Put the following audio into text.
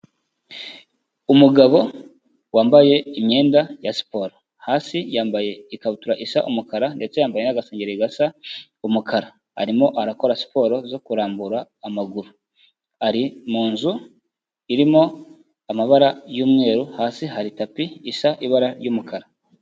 Umugabo wambaye imyenda ya siporo, hasi yambaye ikabutura isa umukara ndetse yambaye agasangeri gasa umukara, arimo arakora siporo zo kurambura amaguru, ari mu nzu irimo amabara y'umweru hasi hari tapi isa ibara ry'umukara.